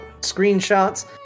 screenshots